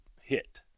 hit